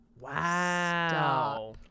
Wow